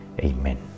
Amen